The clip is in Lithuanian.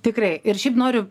tikrai ir šiaip noriu